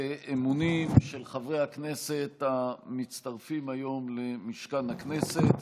אמונים של חברי הכנסת המצטרפים היום למשכן הכנסת.